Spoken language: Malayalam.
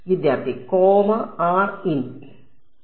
വിദ്യാർത്ഥി comma r in Comma r in